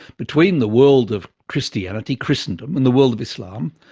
between the world of christianity, christendom, and the world of islam,